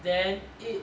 then it